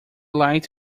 light